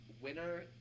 winner